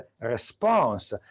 response